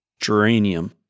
geranium